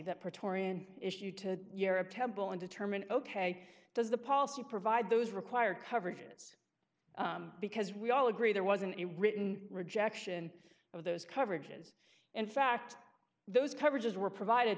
in issue to europe temple and determine ok does the policy provide those require coverages because we all agree there wasn't a written rejection of those coverages in fact those coverages were provided